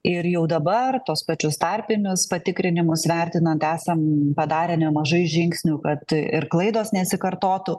ir jau dabar tuos pačius tarpinius patikrinimus vertinant esam padarę nemažai žingsnių kad ir klaidos nesikartotų